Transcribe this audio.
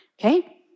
Okay